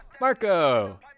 Marco